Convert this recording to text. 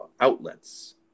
Outlets